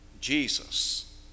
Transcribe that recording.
Jesus